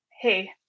Hey